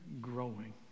growing